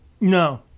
No